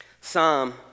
Psalm